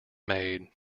made